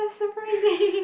surprising